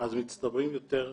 אז מצטברים יותר זקנים,